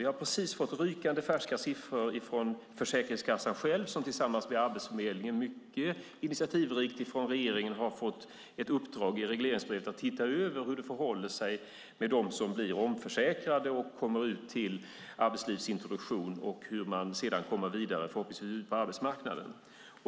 Vi har precis fått rykande färska siffror från Försäkringskassan själv som tillsammans med Arbetsförmedlingen har fått ett uppdrag från regeringen - mycket initiativrikt - i regleringsbrevet att titta över hur det förhåller sig med dem som blir omförsäkrade och kommer ut till arbetslivsintroduktion och hur de sedan kommer vidare, förhoppningsvis ut på arbetsmarknaden.